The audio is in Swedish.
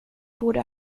borde